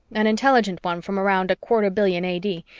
an intelligent one from around a quarter billion a d,